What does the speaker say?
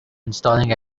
installing